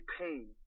pain